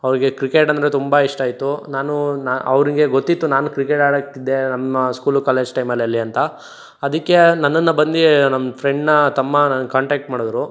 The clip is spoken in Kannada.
ಅವರಿಗೆ ಕ್ರಿಕೆಟ್ ಅಂದರೆ ತುಂಬ ಇಷ್ಟ ಇತ್ತು ನಾನು ಅವರಿಗೆ ಗೊತ್ತಿತ್ತು ನಾನೂ ಕ್ರಿಕೆಟ್ ಆಡುತ್ತಿದ್ದೆ ನನ್ನ ಸ್ಕೂಲ್ ಕಾಲೇಜು ಟೈಮಲ್ಲಿ ಅಂತ ಅದಕ್ಕೆ ನನ್ನನ್ನು ಬಂದು ನನ್ನ ಫ್ರೆಂಡ್ನ ತಮ್ಮ ನನ್ಗೆ ಕಾಂಟ್ಯಾಕ್ಟ್ ಮಾಡಿದ್ರು